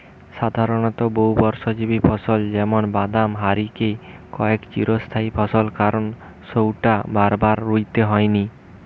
সাধারণত বহুবর্ষজীবী ফসল যেমন বাদাম হারিকে কয় চিরস্থায়ী ফসল কারণ সউটা বারবার রুইতে হয়নি